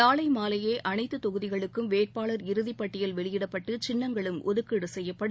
நாளை மாலையே அனைத்து தொகுதிகளுக்கும் வேட்பாளர் இறுதிப் பட்டியல் வெளியிடப்பட்டு சின்னங்களும் ஒதுக்கீடு செய்யப்படும்